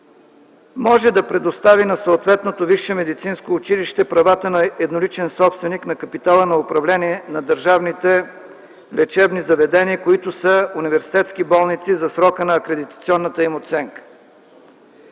може да предостави на съответното висше медицинско училище правата на едноличен собственик на капитала на управление на държавните лечебни заведения, които са университетски болници, за срока на акредитационната им оценка.